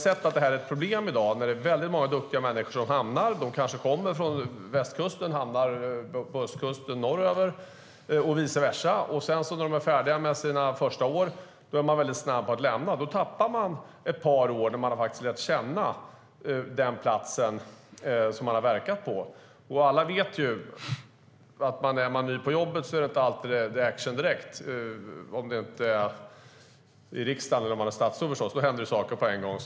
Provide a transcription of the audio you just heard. Det är ett problem i dag när många duktiga människor kommer från till exempel västkusten och hamnar på östkusten norröver, och vice versa, och när de är färdiga med sina första år är de snabba med att lämna platsen. Då tappar organisationen ett par år när dessa poliser har lärt känna den plats de har verkat på. Alla vet att när man är ny på jobbet är det inte alltid action direkt - om man inte sitter i riksdagen eller är statsråd förstås. Då händer saker på en gång!